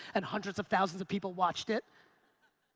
and hundreds of thousands of people watch it.